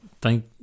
thank